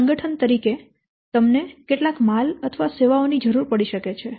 એક સંગઠન તરીકે તમને કેટલાક માલ અથવા સેવાઓ ની જરૂર પડી શકે છે